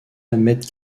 ahmed